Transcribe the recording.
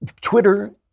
Twitter